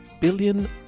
billion